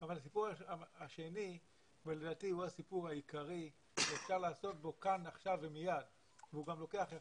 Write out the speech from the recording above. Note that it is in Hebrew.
בהשתתפות ראש הממשלה, בנושא תוכנית